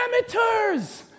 Parameters